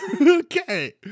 okay